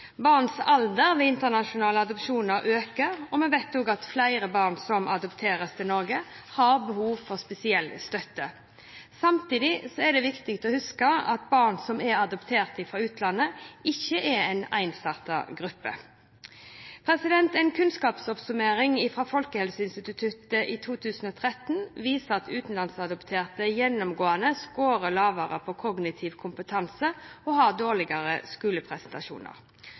alder ved internasjonal adopsjon øker, og vi vet også at flere barn som adopteres til Norge, har behov for spesiell støtte. Samtidig er det viktig å huske at barn som er adoptert fra utlandet, ikke er en ensartet gruppe. En kunnskapsoppsummering fra Folkehelseinstituttet i 2013 viser at utenlandsadopterte gjennomgående skårer lavere på kognitiv kompetanse og har dårligere